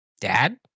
Dad